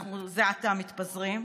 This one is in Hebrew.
אנחנו זה עתה מתפזרים.